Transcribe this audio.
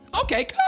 Okay